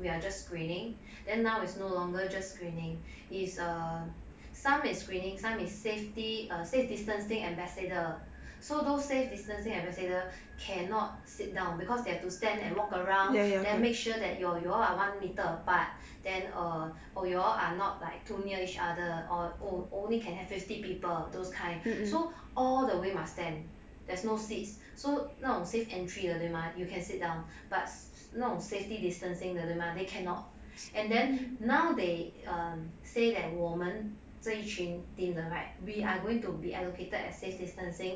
we are just screening then now is no longer just screening it's err some is screening some is safety err safe distancing ambassador so those safe distancing ambassador cannot sit down because they have to stand and walk around then make sure that you all you all are one meter apart then err or you all are not like too near each other or only can have fifty people those kind so all the way must stand there's no seats so 那种 safe entry 的对吗 you can sit down but 弄 safety distancing 的对吗 cannot and then now they um say that 我们这一群 team 的对 right we are going to be allocated as safe distancing